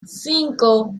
cinco